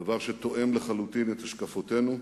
דבר שתואם לחלוטין את השקפותינו,